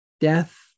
Death